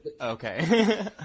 Okay